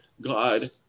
God